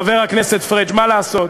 חבר הכנסת פריג', מה לעשות.